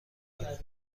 دارم